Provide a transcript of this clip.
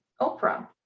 Oprah